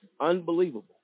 unbelievable